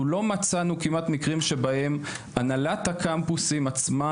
אנחנו לא מצאנו כמעט מקרים שבהם הנהלת הקמפוסים עצמה